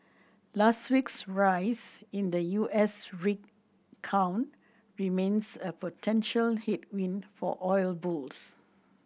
last week's rise in the U S rig count remains a potential headwind for oil bulls